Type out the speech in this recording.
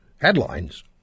headlines